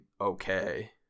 okay